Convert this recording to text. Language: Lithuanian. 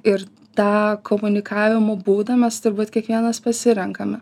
ir tą komunikavimo būdą mes turbūt kiekvienas pasirenkame